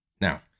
Now